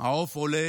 העוף עולה